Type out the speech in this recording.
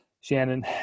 shannon